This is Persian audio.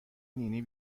نینی